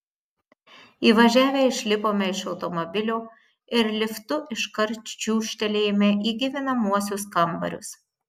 įvažiavę išlipome iš automobilio ir liftu iškart čiūžtelėjome į gyvenamuosius kambarius